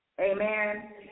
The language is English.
amen